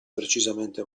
precisamente